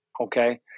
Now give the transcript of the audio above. okay